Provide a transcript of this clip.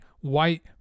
white